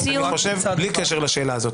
בלי קשר לשאלה הזאת,